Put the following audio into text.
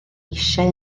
eisiau